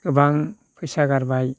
गोबां फैसा गारबाय